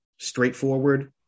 straightforward